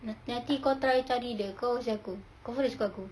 na~ nanti kau try cari dia kau kasih aku confirm dia suka aku